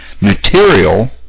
material